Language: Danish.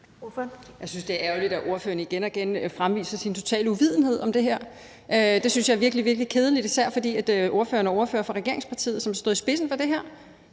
Jeg synes, det er ærgerligt, at ordføreren igen og igen viser sin totale uvidenhed om det her. Det synes jeg er virkelig, virkelig kedeligt, især fordi ordføreren er ordfører for regeringspartiet, som står i spidsen for det her.